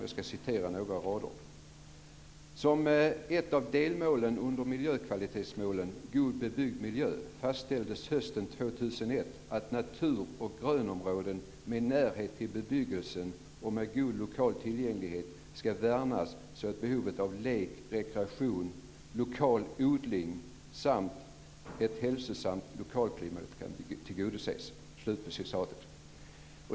Jag citerar några rader: God bebyggd miljö fastställdes hösten 2001 att naturoch grönområden med närhet till bebyggelsen och med god lokal tillgänglighet skall värnas så att behovet av lek, rekreation, lokal odling samt ett hälsosamt lokalklimat kan tillgodoses."